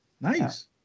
Nice